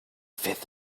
fifth